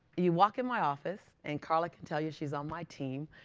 you walk in my office and carla can tell you, she's on my team.